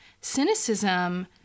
cynicism